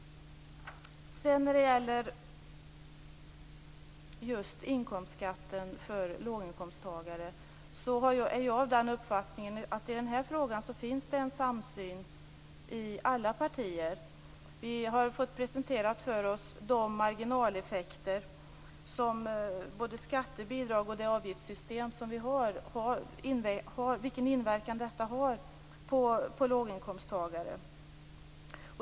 När det sedan gäller inkomstskatten för låginkomsttagare är jag av den uppfattningen att det finns en samsyn hos alla partier i den frågan. Vi har fått presenterat för oss de marginaleffekter som skatter, bidrag och det avgiftssystem som vi har ger och vilken inverkan detta har på låginkomsttagare.